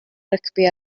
rygbi